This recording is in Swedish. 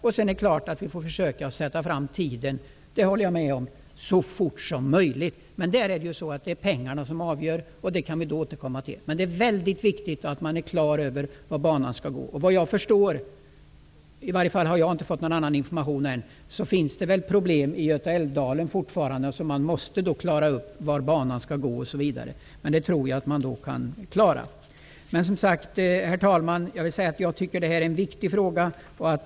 Jag håller med om att vi får försöka skjuta fram tidpunkten för detta. Men det är pengarna som avgör. Det kan vi återkomma till. Men det är mycket viktigt att man är på det klara med var banan skall gå. Vad jag förstår -- i varje fall har inte jag fått någon annan information än -- finns det problem i Göta älv-dalen fortfarande som man måste klara upp innan man vet var banan skall gå. Men det tror jag att man kan klara. Herr talman! Jag tycker att det här är en viktig fråga.